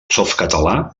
softcatalà